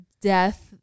death